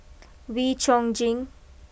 Wee Chong Jin